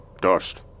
dust